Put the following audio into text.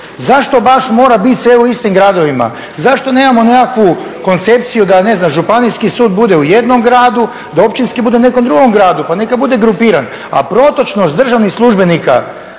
zašto baš mora biti sve u istim gradovima? Zašto nemamo nekakvu koncepciju da ne znam županijski sud bude u jednom gradu, a da općinski bude u nekom drugom gradu. Pa neka bude grupiran. A protočnost državnih službenika